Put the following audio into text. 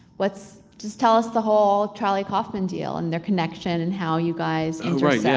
what's. just tell us the whole charlie kaufman deal, and their connection and how you guys and right, yeah.